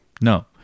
No